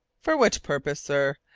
for what purpose, sir,